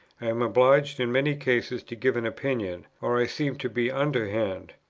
am obliged in many cases to give an opinion, or i seem to be underhand.